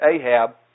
Ahab